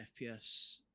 FPS